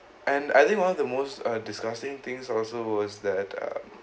and I think one of the most uh disgusting things also was that um